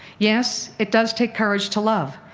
yes, it does take courage to love.